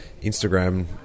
instagram